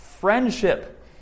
friendship